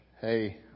hey